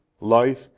life